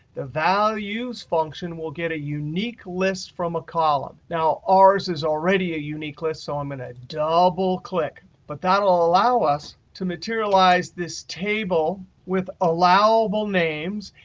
the values function will get a unique list from a column. now ours is already a unique list, so i'm going to double click. but that will allow us to materialize this table with allowable names.